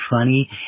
funny